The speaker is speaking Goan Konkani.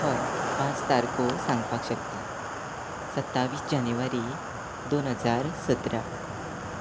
हय पांच तारखो सांगपाक शकतां सत्तावीस जानेवरी दोन हजार सतरा